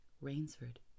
Rainsford